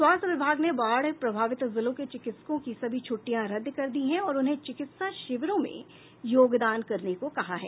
स्वास्थ्य विभाग ने बाढ़ प्रभावित जिलों के चिकित्सकों की सभी छट्टियां रद्द कर दी हैं और उन्हें चिकित्सा शिविरों में योगदान करने को कहा गया है